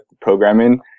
programming